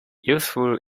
useful